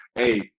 Hey